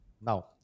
Now